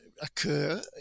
occur